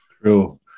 True